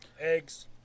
Eggs